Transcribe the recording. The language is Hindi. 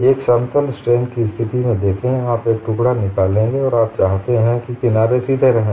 एक समतल स्ट्रेन की स्थिति में देखें आप एक टुकड़ा निकालेंगे और आप चाहते हैं कि किनारे सीधे रहें